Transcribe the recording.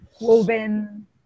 Woven